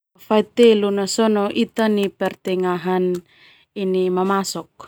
Fai telu na sona ita nai pertengahan ini mamasok.